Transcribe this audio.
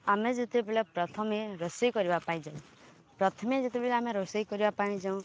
ଆମେ ଯେତେବେଳେ ପ୍ରଥମେ ରୋଷେଇ କରିବା ପାଇଁ ଯାଉ ପ୍ରଥମେ ଯେତେବେଳେ ଆମେ ରୋଷେଇ କରିବା ପାଇଁ ଯାଉ